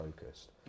focused